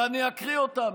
ואני אקריא אותם.